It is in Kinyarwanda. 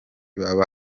baba